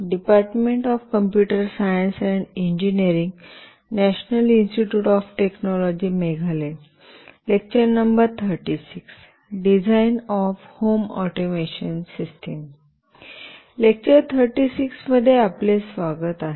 lecture 36 मध्ये आपले स्वागत आहे